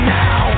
now